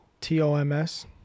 t-o-m-s